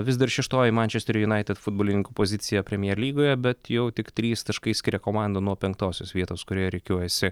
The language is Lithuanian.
vis dar šeštoji mančesterio junaited futbolininkų pozicija premjer lygoje bet jau tik trys taškai skiria komandą nuo penktosios vietos kurioje rikiuojasi